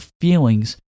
feelings